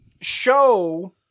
show